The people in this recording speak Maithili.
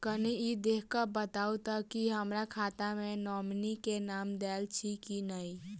कनि ई देख कऽ बताऊ तऽ की हमरा खाता मे नॉमनी केँ नाम देल अछि की नहि?